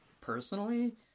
personally